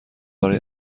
برای